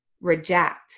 reject